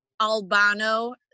albano